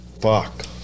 Fuck